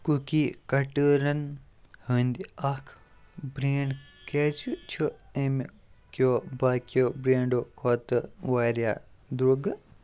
cookie کٹٲرَن ہٕنٛدۍ اَکھ برٛینٛڈ کیٛازِ چھُ اَمہِ کیو باقِیو برٛینٛڈو کھۄتہٕ واریاہ درٛوٚگہٕ